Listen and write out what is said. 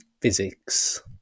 Physics